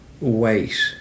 wait